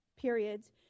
periods